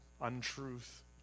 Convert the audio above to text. untruth